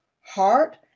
heart